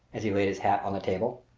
as he laid his hat on the table.